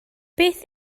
beth